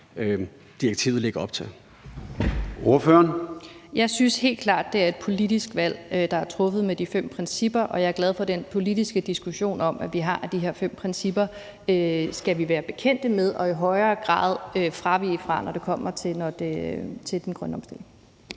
direktivet lægger op til?